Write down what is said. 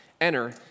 Enter